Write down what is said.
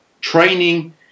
training